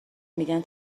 میگن